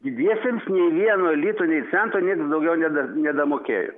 didiesiems nei vieno lito nei cento nieks daugiau neda nedamokėjo